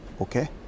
okay